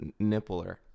nippler